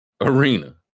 arena